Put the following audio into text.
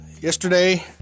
yesterday